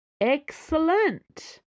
Excellent